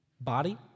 body